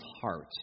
heart